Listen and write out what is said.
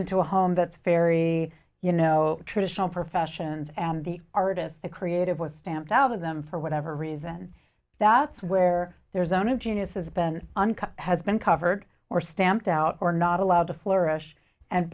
into a home that's very you know traditional professions and the artistic creative was stamped out of them for whatever reason that's where there's only a genius has been unkind has been covered or stamped out or not allowed to flourish and